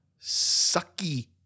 Sucky